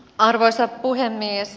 arvoisa puhemies